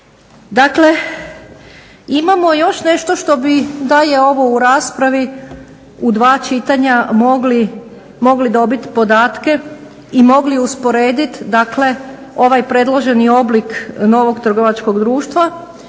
Dakle, imamo još nešto što bi da je ovo u raspravi u dva čitanja mogli dobiti podatke i mogli usporedit dakle ovaj predloženi oblik novog trgovačkog društva